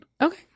Okay